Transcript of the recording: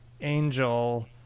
angel